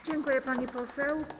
Dziękuję, pani poseł.